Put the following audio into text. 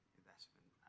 investment